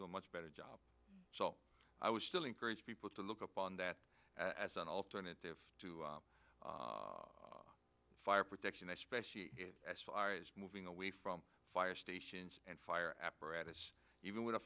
a much better job so i was still encourage people to look upon that as an alternative to fire protection especially as far as moving away from fire stations and fire apparatus even w